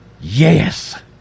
yes